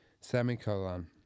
semicolon